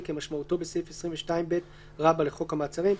כמשמעותו בסעיף 22ב לחוק המעצרים,